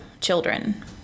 children